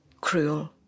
cruel